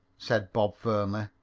said bob firmly.